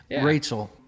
rachel